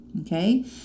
Okay